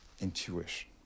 intuition